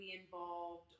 involved